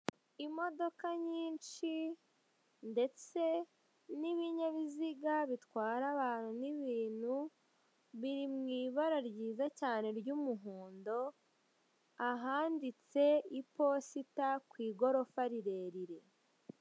Imodoka nyinshi ndetse n'ibinyabiziga bitwara abantu n'ibintu, biri mu ibara ryiza cyane ry'umuhondo, ahanditse iposita ku igorofa rirerire.